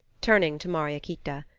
turning to mariequita.